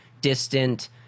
distant